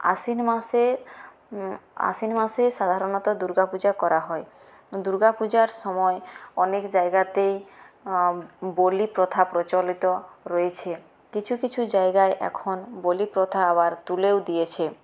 আশ্বিন মাসে আশ্বিন মাসে সাধারণত দুর্গাপূজা করা হয় দুর্গাপূজার সময় অনেক জায়গাতেই বলিপ্রথা প্রচলিত রয়েছে কিছু কিছু জায়গায় এখন বলিপ্রথা আবার তুলেও দিয়েছে